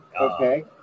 okay